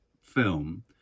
film